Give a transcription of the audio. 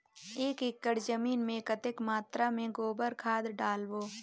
एक एकड़ जमीन मे कतेक मात्रा मे गोबर खाद डालबो?